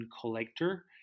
collector